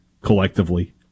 collectively